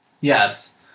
Yes